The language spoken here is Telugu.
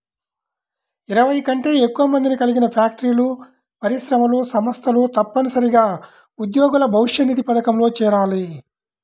ఇరవై కంటే ఎక్కువ మందిని కలిగిన ఫ్యాక్టరీలు, పరిశ్రమలు, సంస్థలు తప్పనిసరిగా ఉద్యోగుల భవిష్యనిధి పథకంలో చేరాలి